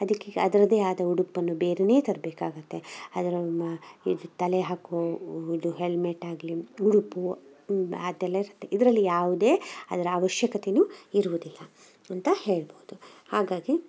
ಅದಕ್ಕೆ ಈಗ ಅದರದ್ದೇ ಆದ ಉಡುಪನ್ನು ಬೇರೆನೇ ತರಬೇಕಾಗುತ್ತೆ ಅದರ ಮಾ ಇದು ತಲೆಗೆ ಹಾಕೋ ಇದು ಹೆಲ್ಮೆಟ್ ಆಗಲೀ ಉಡುಪು ಅದೆಲ್ಲ ಇರುತ್ತೆ ಇದರಲ್ಲಿ ಯಾವುದೇ ಅದರ ಅವಶ್ಯಕತೆಯೂ ಇರುವುದಿಲ್ಲ ಅಂತ ಹೇಳ್ಬೋದು ಹಾಗಾಗಿ